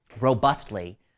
robustly